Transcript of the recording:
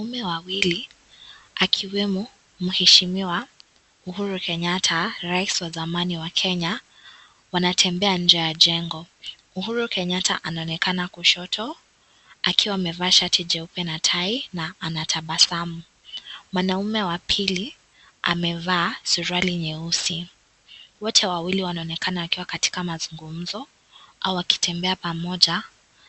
Wanaume wawili, akiwemo mheshimiwa, Uhuru Kenyatta, rais wa zamani wa Kenya. Wanatembea nje ya jengo. Uhuru Kenyatta anaonekana kushoto, akiwa amevaa shati jeupe na tai na anatabasamu. Mwanaume wa pili, amevaa suruali nyeusi. Wote wawili wanaonekana wakiwa katika mazungumzo au wakitembea pamoja